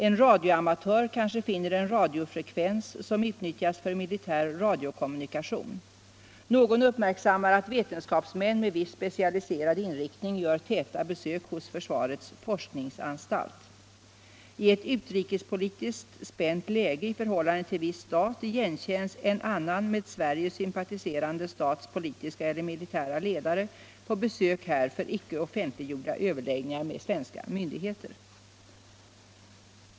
En radioamatör kanske finner en radiofrekvens, som utnyttjas för militär radiokommunikation. Någon uppmärksammar att vetenskapsmän med viss specialiserad inriktning gör täta besök hos försvarets forskningsanstalt. I ett utrikespolitiskt spänt läge i förhållande till viss stat igenkänns en annan med Sverige sympatiserande stats politiska eller militära ledare på besök här för icke offentliggjorda överläggningar med svenska myndigheter.